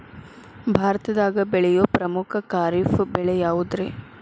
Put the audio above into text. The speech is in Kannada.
ಭಾರತದಾಗ ಬೆಳೆಯೋ ಪ್ರಮುಖ ಖಾರಿಫ್ ಬೆಳೆ ಯಾವುದ್ರೇ?